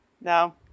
No